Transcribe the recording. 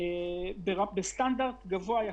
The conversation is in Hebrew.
מסגרות בסטנדרט גבוה יחסי,